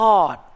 God